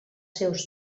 seus